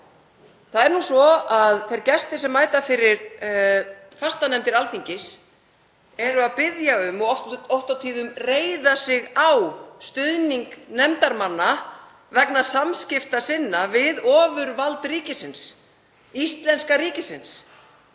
Það er nú svo að þeir gestir sem mæta fyrir fastanefndir Alþingis eru að biðja um og reiða sig oft og tíðum á stuðning nefndarmanna vegna samskipta við ofurvald ríkisins, íslenska ríkisins,